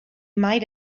might